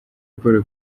paul